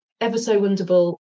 ever-so-wonderful